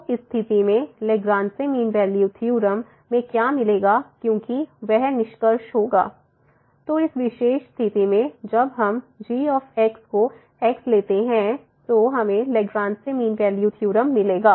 तो इस स्थिति में लैग्रेंज मीन वैल्यू थ्योरम में क्या मिलेगा क्योंकि वह निष्कर्ष होगा fb fb afc तो इस विशेष स्थिति में जब हम g x लेते हैं तो हमें लैग्रेंज मीन वैल्यू थ्योरम मिलेगा